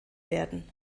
werden